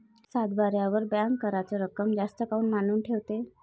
सातबाऱ्यावर बँक कराच रक्कम जास्त काऊन मांडून ठेवते?